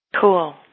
Cool